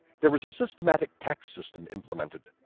there was a systematic tax system implemented,